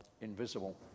invisible